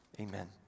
Amen